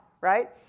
right